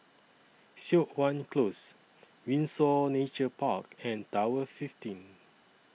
Siok Wan Close Windsor Nature Park and Tower fifteen